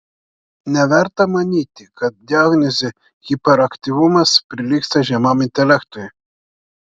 neverta manyti kad diagnozė hiperaktyvumas prilygsta žemam intelektui